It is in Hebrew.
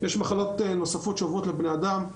יש מחלות נוספות שעוברות לבני אדם,